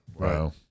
Wow